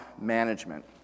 management